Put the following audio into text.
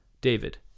David